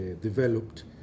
developed